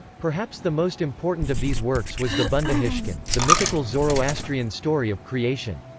perhaps the most important of these works was the bundahishn the mythical zoroastrian story of creation.